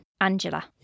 Angela